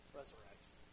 resurrection